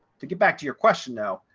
to get back to your question. now,